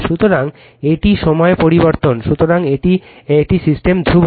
সুতরাং এটা সময় পরিবর্তন সুতরাং এটা সিস্টেম ধ্রুবক